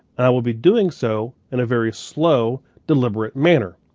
i will be doing so in a very slow deliberate manner.